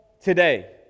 today